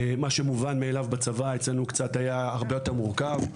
מה שמובן מאליו בצבא אצלנו היה הרבה יותר מורכב.